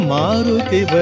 Maruti